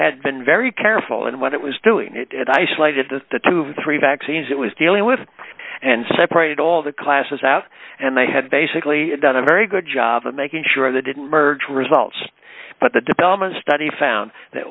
had been very careful in what it was doing it and i slighted that the twenty three vaccines it was dealing with and separated all the classes out and they had basically done a very good job of making sure they didn't merge results but the development study found that